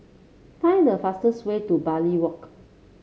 find the fastest way to Bartley Walk